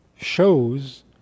shows